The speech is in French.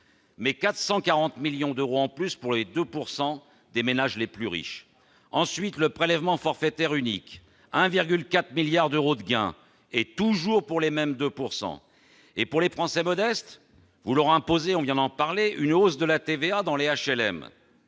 mais 440 millions d'euros en plus pour les 2 % des ménages les plus riches. Quant au prélèvement forfaitaire unique, il représente 1,4 milliard d'euros de gains, toujours pour les mêmes 2 %. Et pour les Français modestes ? Vous leur imposez- nous venons d'en parler -une hausse de la TVA dans les HLM